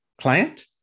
client